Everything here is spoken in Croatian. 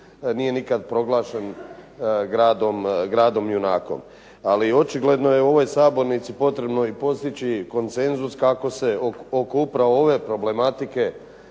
Nije nikada proglašen gradom junakom. Ali očigledno je u ovoj Sabornici potrebno i postići konsenzus kako se oko upravo ove problematike